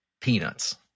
peanuts